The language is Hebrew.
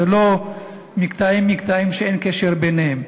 זה לא מקטעים-מקטעים שאין קשר ביניהם.